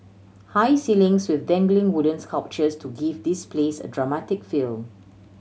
high ceilings with dangling wooden sculptures to give this place a dramatic feel